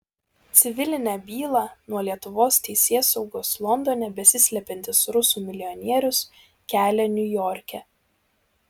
civilinę bylą nuo lietuvos teisėsaugos londone besislepiantis rusų milijonierius kelia niujorke